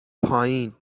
پایین